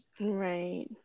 Right